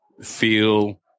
feel